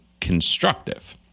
constructive